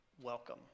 welcome